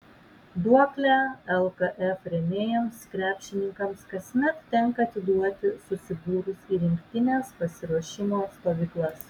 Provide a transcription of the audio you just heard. duoklę lkf rėmėjams krepšininkams kasmet tenka atiduoti susibūrus į rinktinės pasiruošimo stovyklas